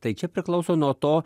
tai čia priklauso nuo to